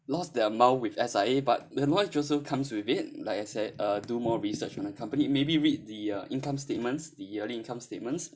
lost that amount with S_I_A but the knowledge also comes with it like I said uh do more research on the company maybe read the uh income statements the yearly income statements